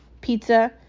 pizza